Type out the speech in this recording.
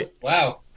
Wow